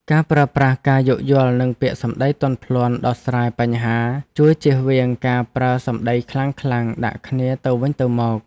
ការប្រើប្រាស់ការយោគយល់និងពាក្យសម្តីទន់ភ្លន់ដោះស្រាយបញ្ហាជួយជៀសវាងការប្រើសម្តីខ្លាំងៗដាក់គ្នាទៅវិញទៅមក។